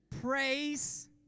Praise